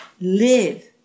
Live